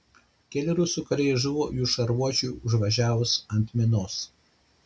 keli rusų kariai žuvo jų šarvuočiui užvažiavus ant minos